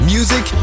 Music